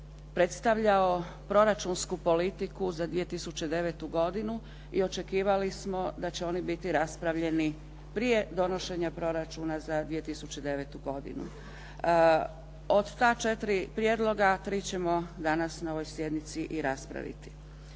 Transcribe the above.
predstavljao proračunsku politiku za 2009. godinu i očekivali smo da će oni biti raspravljeni prije donošenja proračuna za 2009. godinu. Od ta 4 prijedloga 3 ćemo danas na ovoj sjednici i raspraviti.